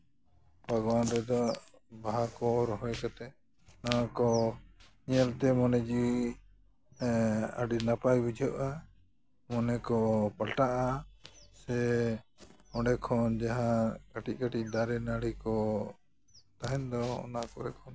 ᱵᱷᱟᱜᱽᱣᱟᱱ ᱨᱮᱫᱚ ᱵᱟᱦᱟ ᱠᱚ ᱨᱚᱦᱚᱭ ᱠᱟᱛᱮ ᱚᱱᱟ ᱠᱚ ᱧᱮᱞᱛᱮ ᱢᱚᱱᱮ ᱡᱤᱣᱤ ᱟᱹᱰᱤ ᱱᱟᱯᱟᱭ ᱵᱩᱡᱷᱟᱹᱜᱼᱟ ᱢᱚᱱᱮ ᱠᱚ ᱯᱟᱞᱴᱟᱜᱼᱟ ᱥᱮ ᱚᱸᱰᱮ ᱠᱷᱚᱱ ᱡᱟᱦᱟᱸ ᱠᱟᱹᱴᱤᱡ ᱠᱟᱹᱴᱤᱡ ᱫᱟᱨᱮ ᱱᱟᱹᱲᱤ ᱠᱚ ᱛᱟᱦᱮᱱ ᱫᱚ ᱚᱱᱟ ᱠᱚᱨᱮ ᱠᱷᱚᱱ